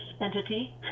entity